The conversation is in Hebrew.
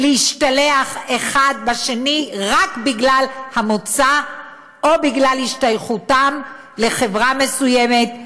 להשתלח אחד בשני רק בגלל המוצא או בגלל השתייכותם לחברה מסוימת,